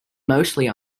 mostly